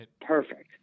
Perfect